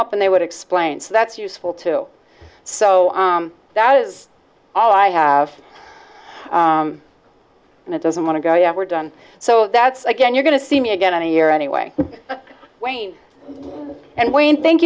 up and they would explain so that's useful to so that is all i have and it doesn't want to go yeah we're done so that's again you're going to see me again in a year anyway wayne and wayne thank